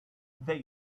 they